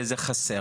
באיזה חסר.